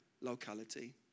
Locality